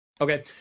Okay